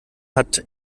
hat